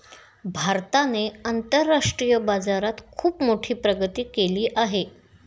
भारताने आंतरराष्ट्रीय बाजारात खुप मोठी प्रगती केली आहे